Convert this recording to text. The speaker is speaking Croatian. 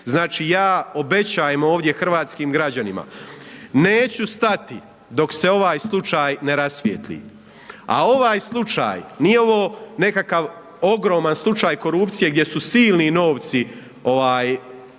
znači ja obećavam ovdje hrvatskim građanima, neću stati, dok se ovaj slučaj ne rasvjeti, a ovaj slučaj, nije ovo nekakav ogroman slučaj korupcije, gdje su silni novci, za